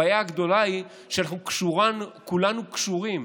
הבעיה הגדולה היא שכולנו קשורים